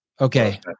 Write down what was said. Okay